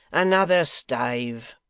another stave